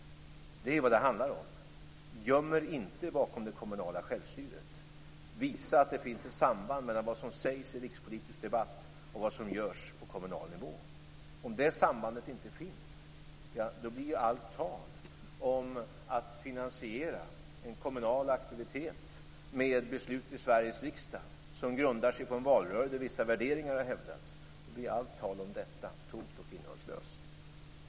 Det är detta det handlar om. Göm er inte bakom det kommunala självstyret! Visa att det finns ett samband mellan vad som sägs i rikspolitisk debatt och vad som görs på kommunal nivå! Om det sambandet inte finns blir ju allt tal om att finansiera en kommunal aktivitet med beslut i Sveriges riksdag som grundar sig på en valrörelse där vissa värderingar har hävdats tomt och innehållslöst.